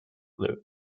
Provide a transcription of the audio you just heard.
loops